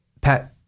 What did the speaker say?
pet